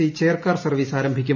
C chair car service ആരംഭിക്കും